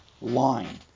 line